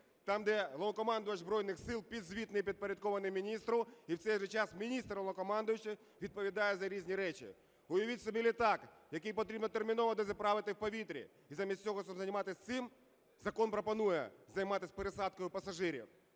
там, де Головнокомандувач Збройних Сил підзвітний, підпорядкований міністру, і в цей же час міністр і Головнокомандувач відповідають за різні речі. Уявіть собі літак, який потрібно терміново дозаправити в повітрі, і замість того, щоб займатись цим, закон пропонує займатися пересадкою пасажирів.